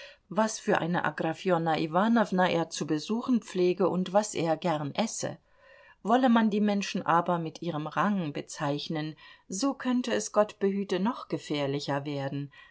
was für eine agrafena iwanowna er zu besuchen pflege und was er gern esse wollte man die menschen aber mit ihrem rang bezeichnen so könnte es gott behüte noch gefährlicher werden